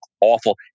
awful